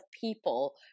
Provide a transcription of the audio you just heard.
people